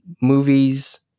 movies